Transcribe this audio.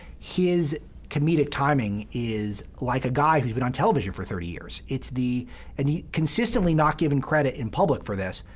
his comedic timing is like a guy who's been on television for thirty years. it's the and he's consistently not given credit in public for this,